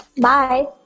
Bye